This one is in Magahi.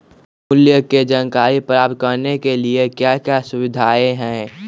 मूल्य के जानकारी प्राप्त करने के लिए क्या क्या सुविधाएं है?